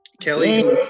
Kelly